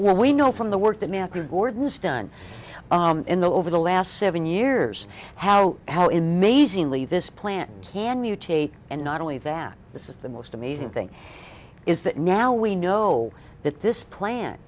what we know from the work that mantra gordon's done in the over the last seven years how how amazingly this plant can mutate and not only that this is the most amazing thing is that now we know that this plant